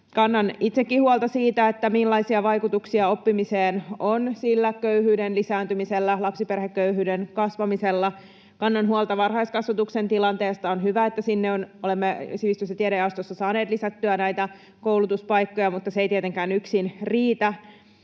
Kannan itsekin huolta siitä, millaisia vaikutuksia oppimiseen on köyhyyden lisääntymisellä, lapsiperheköyhyyden kasvamisella. Kannan huolta varhaiskasvatuksen tilanteesta. On hyvä, että sinne olemme sivistys‑ ja tiedejaostossa saaneet lisättyä näitä koulutuspaikkoja, mutta se ei tietenkään yksin riitä.